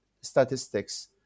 statistics